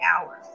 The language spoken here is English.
hours